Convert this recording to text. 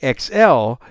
XL